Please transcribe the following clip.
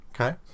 okay